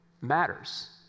Matters